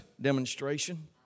Demonstration